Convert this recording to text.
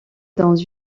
dans